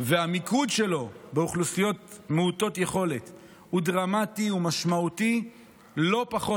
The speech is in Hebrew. והמיקוד שלו באוכלוסיות מעוטות יכולת הוא דרמטי ומשמעותי לא פחות,